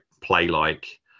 play-like